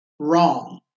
wrong